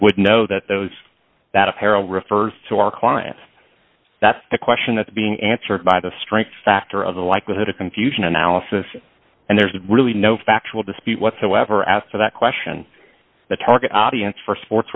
would know that those that apparel refers to our clients that's the question that's being answered by the strength factor of the likelihood of confusion analysis and there's really no factual dispute whatsoever as to that question the target audience for sports